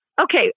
Okay